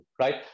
right